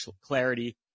clarity